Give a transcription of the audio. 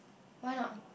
why not